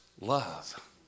love